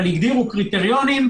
אבל הגדירו קריטריונים,